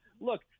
Look